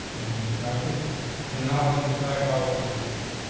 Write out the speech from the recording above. in my style, she and knowledge decide how we're gonna do this.